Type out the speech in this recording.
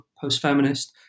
post-feminist